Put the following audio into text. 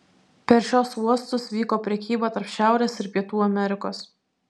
per šiuos uostus vyko prekyba tarp šiaurės ir pietų amerikos